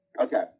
Okay